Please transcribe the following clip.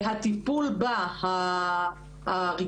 הטיפול בה הרגשי,